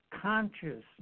Consciousness